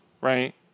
right